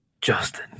Justin